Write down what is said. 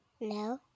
No